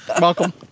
welcome